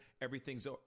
Everything's